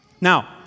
Now